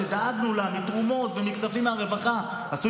שדאגנו לה מתרומות ומכספים מהרווחה עשו